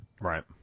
Right